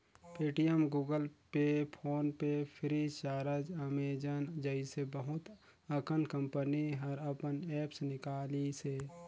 Paytm, Google Pay, PhonePe FreeCharge, Amazon जइसे बहुत अकन कंपनी हर अपन ऐप्स निकालिसे